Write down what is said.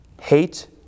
hate